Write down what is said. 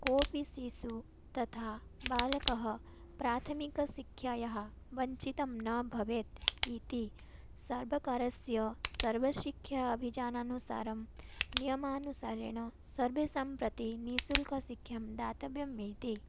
कोऽपि शिशुः तथा बालकः प्राथमिकशिक्षायाः वञ्चितः न भवेत् इति सर्वकारस्य सर्वशिक्षा अभियानानुसारं नियमानुसारेण सर्वेषां प्रति निश्शुल्कशिक्षा दातव्या इति